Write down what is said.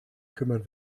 kümmern